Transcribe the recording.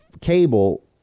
cable